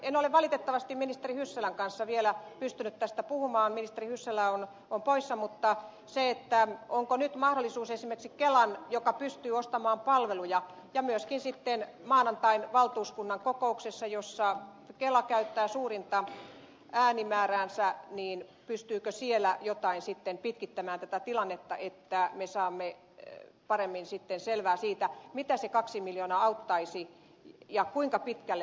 en ole valitettavasti ministeri hyssälän kanssa vielä pystynyt tästä puhumaan ministeri hyssälä on poissa mutta onko nyt esimerkiksi kelan joka pystyy ostamaan palveluja ja myöskin sitten maanantain valtuuskunnan kokouksessa käyttää suurinta äänimääräänsä mahdollisuus siellä jotenkin sitten pitkittää tätä tilannetta että me saamme paremmin selvää siitä mitä se kaksi miljoonaa auttaisi ja kuinka pitkälle se riittäisi